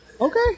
Okay